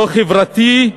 לא חברתי,